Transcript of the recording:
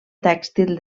tèxtil